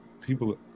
People